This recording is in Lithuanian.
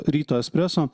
ryto espresso